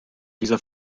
dieser